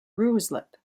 ruislip